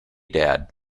dad